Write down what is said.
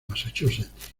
massachusetts